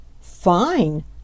Fine